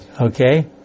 Okay